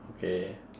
okay